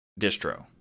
distro